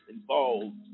involved